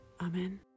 Amen